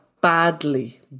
badly